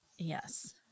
yes